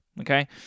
Okay